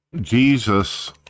Jesus